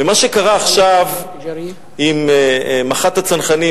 מה שקרה עכשיו עם מח"ט הצנחנים,